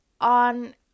on